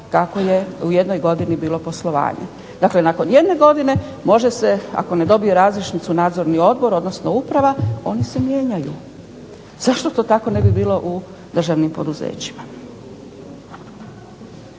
kakvo je u jednoj godini bilo poslovanje. Dakle, nakon jedne godine može se ako ne dobije razrješnicu nadzorni odbor odnosno uprava oni se mijenjaju. Zašto to tako ne bi bilo u državnim poduzećima.